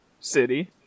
City